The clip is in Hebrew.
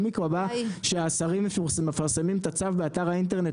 אם יקבע שהשרים מפרסמים את הצו באתר האינטרנט